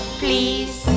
please